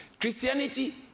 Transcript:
Christianity